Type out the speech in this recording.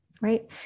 right